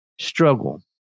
struggle